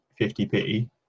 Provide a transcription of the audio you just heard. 50p